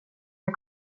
jag